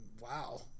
wow